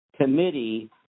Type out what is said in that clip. committee